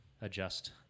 adjust